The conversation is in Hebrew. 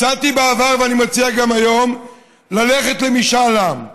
הצעתי בעבר ואני מציע גם היום ללכת למשאל עם.